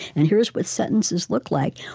and here's what sentences look like,